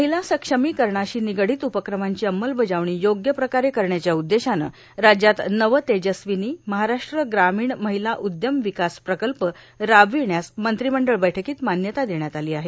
महिला सक्षमीकरणाशी निगडीत उपक्रमांची अंमलबजावणी योग्य प्रकारे करण्याच्या उद्देशानं राज्यात नवतेजस्वीनी महाराष्ट्र ग्रामीण महिला उद्यम विकास प्रकल्प राबविण्यास मंत्रिमंडळ बैठकीत मान्यता देण्यात आली आहे